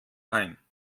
ein